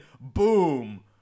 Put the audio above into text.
boom